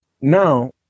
now